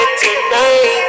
tonight